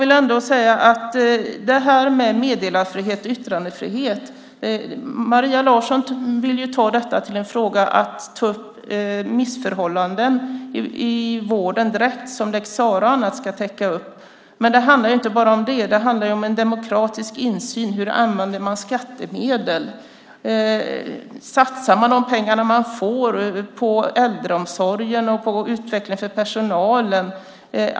Maria Larsson vill göra detta med yttrandefrihet och meddelarskydd till en fråga där man tar upp missförhållanden i vården som lex Sarah och annat ska täcka. Men det handlar inte bara om det, utan det handlar om en demokratisk insyn i hur man använder skattemedel. Satsar man de pengar man får på äldreomsorgen och utveckling för personalen?